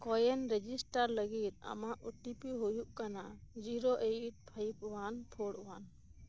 CoWIN register ᱞᱟᱹᱜᱤᱫ ᱟᱢᱟᱜ OTP ᱦᱩᱭᱩᱜ ᱠᱟᱱᱟ zero eight five one four one